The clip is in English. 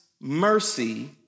mercy